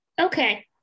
Okay